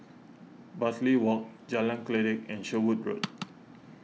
Bartley Walk Jalan Kledek and Sherwood Road